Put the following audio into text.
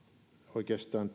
oikeastaan